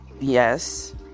yes